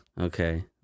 Okay